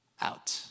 out